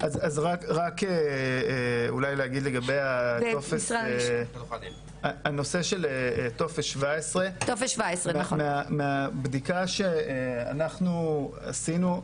אז רק אולי להגיד לגבי הנושא של טופס 17. מהבדיקה שאנחנו עשינו,